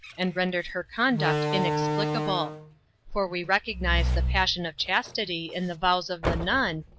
and rendered her conduct inexplicable for we recognize the passion of chastity in the vows of the nun,